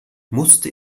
musste